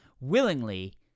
willingly